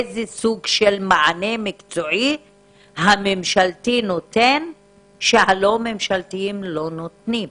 איזה סוג של מענה מקצועי הממשלתי נותן שהלא ממשלתיים לא נותנים?